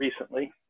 recently